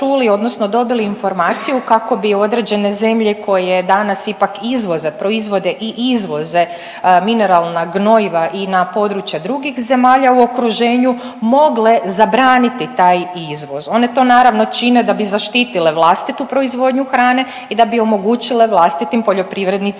odnosno dobili informaciju kako bi određene zemlje koje danas ipak izvoze proizvode i izvoze mineralna gnojiva i na područje drugih zemalja u okruženju mogle zabraniti taj izvoz. One to naravno čine da bi zaštitile vlastitu proizvodnju hrane i da bi omogućile vlastitim poljoprivrednicima